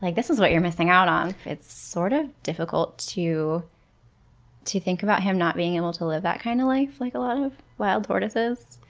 like this is what you're missing out on! it's sort of difficult to to think about him not being able to live that kind of life, like a lot of wild tortoises.